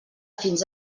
fins